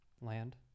land